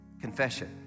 confession